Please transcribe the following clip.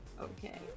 Okay